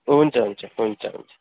हुन्छ हुन्छ हुन्छ हुन्छ